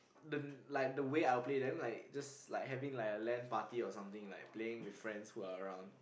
the like the way I'll play then like just like having like a lan party or something like playing with friends who are around